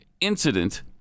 incident